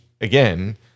again